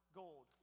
gold